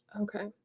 Okay